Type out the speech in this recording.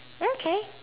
okay